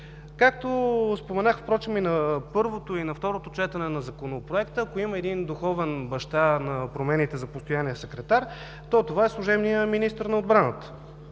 Както споменах впрочем и на първото, и на второто четене на Законопроекта, ако има един духовен баща на промените за постоянен секретар, то това е служебният министър на отбраната.